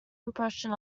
impression